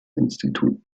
institut